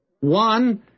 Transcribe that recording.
One